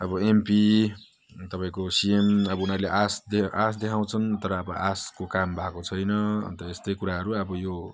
अब एमपी तपाईँको सिएम अब उनीहरूले आश दियो आश देखाउँँछन् तर अब आशको काम भएको चाहिँ अन्त यस्तै कुराहरू अब यो